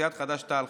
סיעת חד"ש-תע"ל,